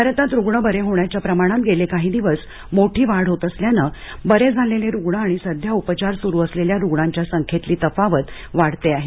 भारतात रुग्ण बरे होण्याच्या प्रमाणात गेले काही दिवस मोठी वाढ होत असल्यानं बरे झालेले रुग्ण आणि सध्या उपचार सुरू असलेल्या रुग्णांच्या संख्येतील तफावत वाढत आहे